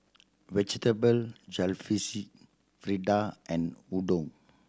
Vegetable Jalfrezi Fritada and Udon